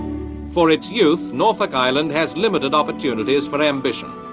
for its youth, norfolk island has limited opportunities for ambition.